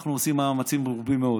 אנחנו עושים מאמצים מרובים מאוד.